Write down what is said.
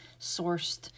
sourced